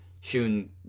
Shun